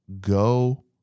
Go